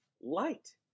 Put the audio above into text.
light